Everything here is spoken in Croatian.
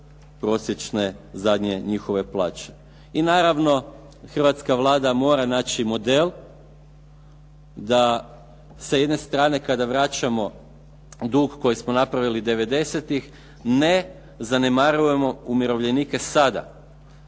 prosječne zadnje njihove plaće. I naravno, hrvatska Vlada mora naći model da sa jedne strane kada vraćamo dug koji smo napravili 90-tih ne zanemarujemo umirovljenike sada.